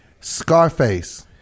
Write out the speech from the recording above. Scarface